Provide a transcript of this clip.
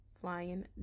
flying